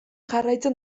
jarraitzen